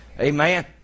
Amen